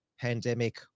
pandemic